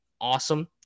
awesome